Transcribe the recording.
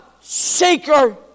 seeker